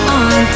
on